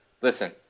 listen